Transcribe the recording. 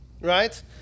right